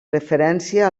referència